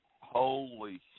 Holy